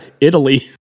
Italy